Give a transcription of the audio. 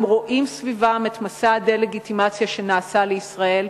הם רואים סביבם את מסע הדה-לגיטימציה שנעשה לישראל,